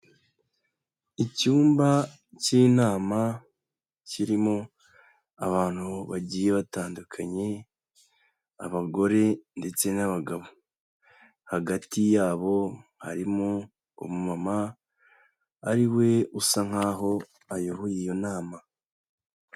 Icyumba cy'inama kirimo abantu bagiye batandukanye, abagore ndetse n'abagabo. Hagati yabo harimo umumama ari we usa nkaho ayoboye iyo nama.